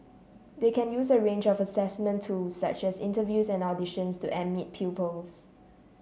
they can use a range of assessment tools such as interviews and auditions to admit pupils